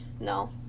No